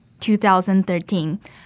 2013